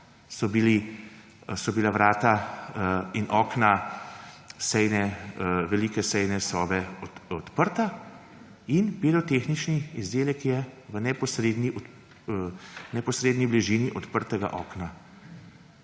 so bila vrata in okna velike sejne sobe odprta in pirotehnični izdelek je bil vržen v neposredni bližini odprtega okna,